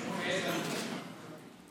מתחייב אני